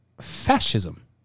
Fascism